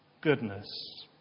goodness